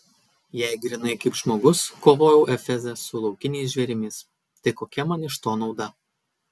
jei grynai kaip žmogus kovojau efeze su laukiniais žvėrimis tai kokia man iš to nauda